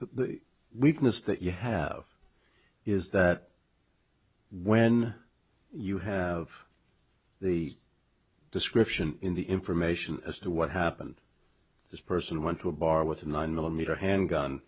the weakness that you have is that when you have the description in the information as to what happened this person went to a bar with a nine millimeter handgun